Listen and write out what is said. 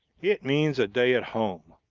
it means a day at home.